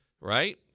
right